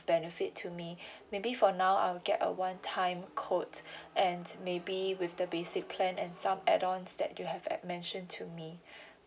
benefit to me maybe for now I will get a one time quote and maybe with the basic plan and some add on's that you have uh mention to me